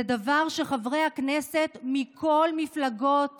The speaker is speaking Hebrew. זה דבר שחברי הכנסת מכל המפלגות